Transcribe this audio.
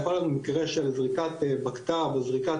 היה לנו מקרה של זריקת בקת"ב או זריקת